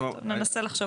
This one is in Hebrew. ננסה לחשוב על משהו.